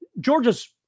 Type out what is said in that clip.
Georgia's